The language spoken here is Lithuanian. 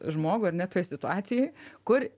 žmogų ar ne toj situacijoj kur